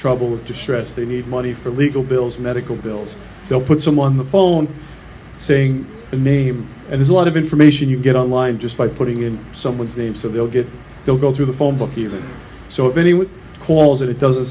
trouble distress they need money for legal bills medical bills they'll put someone on the phone saying a name and there's a lot of information you get online just by putting in someone's name so they'll get they'll go through the phone book even so if anyone calls it it doesn't